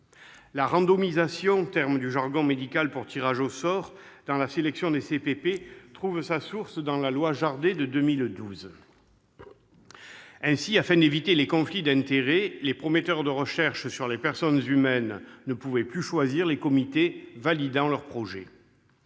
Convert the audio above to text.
la randomisation- terme du jargon médical qui signifie tirage au sort -trouve sa source dans la loi Jardé de 2012. Ainsi, afin d'éviter les conflits d'intérêts, les promoteurs de recherches sur les personnes humaines ne pouvaient plus choisir les comités validant leurs projets.